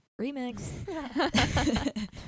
Remix